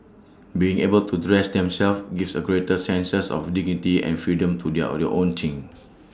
being able to dress themselves gives A greater sense of dignity and freedom to do their only own thing